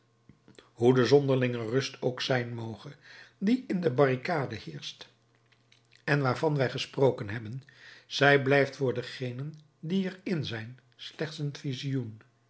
hoe de zonderlinge rust ook zijn moge die in de barricade heerscht en waarvan wij gesproken hebben zij blijft voor degenen die er in zijn slechts een visioen